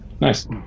Nice